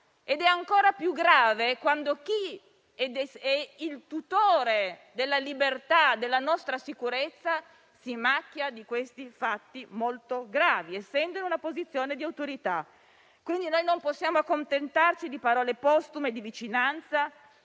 È ancora più grave quando chi è il tutore della libertà e della nostra sicurezza si macchia di questi fatti molto gravi essendo in una posizione di autorità. Non possiamo accontentarci, pertanto, di parole postume di vicinanza